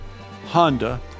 Honda